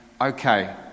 okay